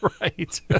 right